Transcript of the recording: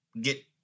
get